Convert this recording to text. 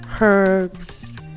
herbs